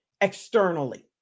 externally